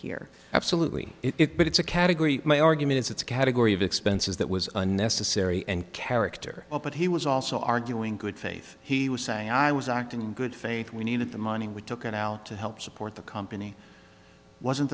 here absolutely it but it's a category my argument is it's a category of expenses that was unnecessary and character but he was also arguing good faith he was saying i was acting in good faith we needed the money we took it out to help support the company wasn't